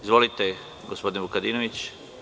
Izvolite, gospodine Vukadinović.